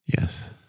Yes